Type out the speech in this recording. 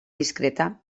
discreta